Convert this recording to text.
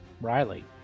Riley